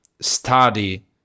study